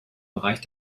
bereich